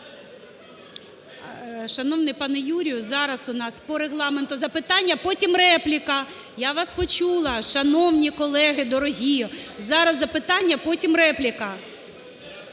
Шановний пане Юрію, зараз у нас по Регламенту – запитання, потім – репліка. Я вас почула, шановні колеги, дорогі. Зараз – запитання, потім – репліка.